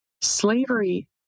slavery